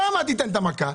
שם תיתן את המכה.